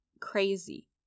Crazy